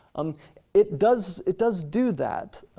um it does it does do that,